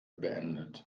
beendet